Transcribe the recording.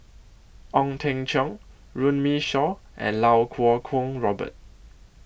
Ong Teng Cheong Runme Shaw and Lau Kuo Kwong Robert